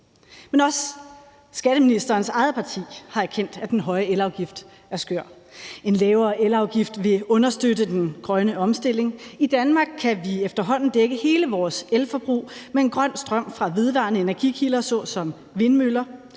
Men også skatteministerens eget parti har erkendt, at den høje elafgift er skør. »En lavere elafgift vil understøtte den grønne omstilling. I Danmark kan vi efterhånden dække hele vores elforbrug med grøn strøm fra vedvarende energikilder såsom vindmøller.